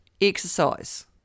exercise